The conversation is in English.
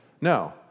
No